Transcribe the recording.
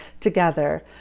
together